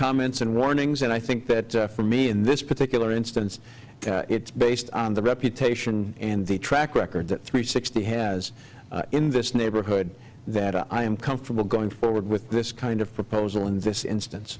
comments and warnings and i think that for me in this particular instance it's based on the reputation and the track record that three sixty has in this neighborhood that i am comfortable going forward with this kind of proposal in this instance